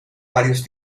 varios